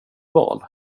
val